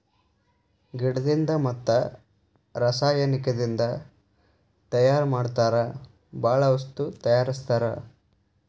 ಗಿಡದಿಂದ ಮತ್ತ ರಸಾಯನಿಕದಿಂದ ತಯಾರ ಮಾಡತಾರ ಬಾಳ ವಸ್ತು ತಯಾರಸ್ತಾರ